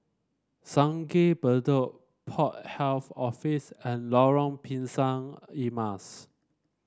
Sungei Bedok Port Health Office and Lorong Pisang Emas